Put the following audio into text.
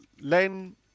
Len